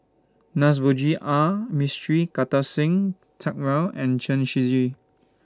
Navroji R Mistri Kartar Singh Thakral and Chen Shiji